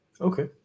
Okay